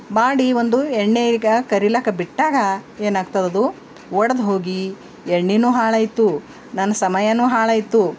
ಮಾಡಿ ಒಂದು ಎಣ್ಣೇಗ ಕರಿಲಾಕ್ಕ ಬಿಟ್ಟಾಗ ಏನಾಗ್ತದದು ಒಡ್ದು ಹೋಗಿ ಎಣ್ಣೆನೂ ಹಾಳಾಯಿತು ನನ್ನ ಸಮಯಾನೂ ಹಾಳಾಯಿತು